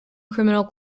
criminal